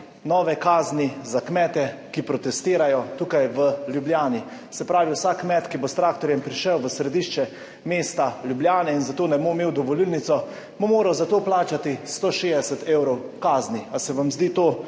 nove kazni za kmete, ki protestirajo tukaj v Ljubljani. Se pravi, vsak kmet, ki bo s traktorjem prišel v središče mesta Ljubljana in za to ne bo imel dovolilnice, bo moral za to plačati 160 evrov kazni. Ali se vam zdi to